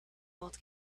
old